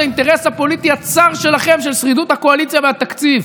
את האינטרס הפוליטי הצר שלכם של שרידות הקואליציה והתקציב.